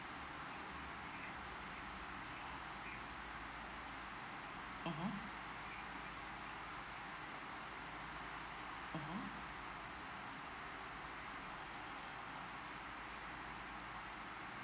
mmhmm mmhmm